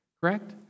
Correct